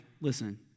listen